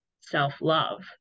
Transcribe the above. self-love